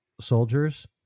soldiers